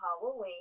Halloween